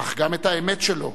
אך את האמת שלו